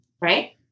Right